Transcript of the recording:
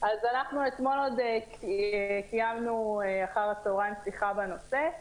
אנחנו קיימנו אתמול אחר הצוהריים שיחה בנושא,